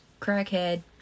crackhead